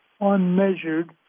unmeasured